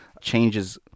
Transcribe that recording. changes